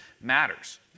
matters